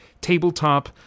tabletop